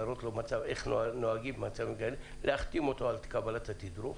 להראות לו איך נוהגים במצב כזה ולהחתים אותו על קבלת התדרוך